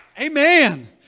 Amen